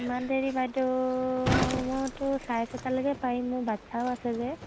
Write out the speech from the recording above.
ইমান দেৰি বাইদেউ মইতো চাই ছটালৈকে পাৰিম মোৰ বাচ্ছাও আছে যে